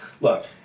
look